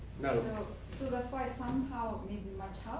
so that's why somehow maybe